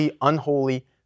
unholy